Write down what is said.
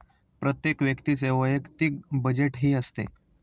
प्रत्येक व्यक्तीचे वैयक्तिक बजेटही असते